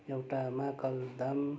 एउटा महाकल धाम